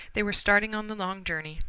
they were starting on the long journey,